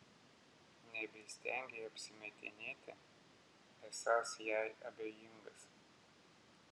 nebeįstengei apsimetinėti esąs jai abejingas